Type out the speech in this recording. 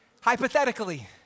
Hypothetically